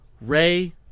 ray